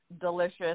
delicious